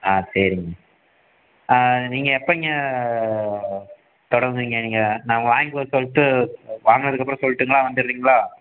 ஆ சரிங்க நீங்கள் எப்போங்க தொடங்குவீங்க நீங்கள் நான் வாங்கிட்டு வர சொல்லிட்டு வாங்கினதுக்கப்பறம் சொல்லிட்டுங்களா வந்துடுறீங்களா